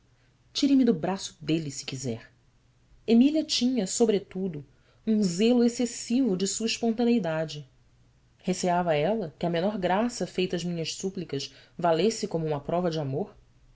tire me do braço dele se quiser emília tinha sobretudo um zelo excessivo de sua espontaneidade receava ela que a menor graça feita às minhas súplicas valesse como uma prova de amor